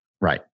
Right